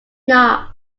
not